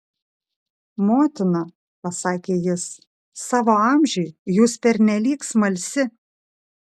motina pasakė jis savo amžiui jūs pernelyg smalsi